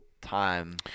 time